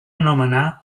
anomenar